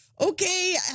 okay